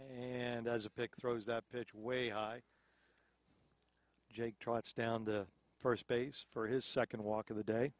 and as a pick throws that pitch way hi jake trots down to first base for his second walk of the day